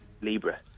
Libra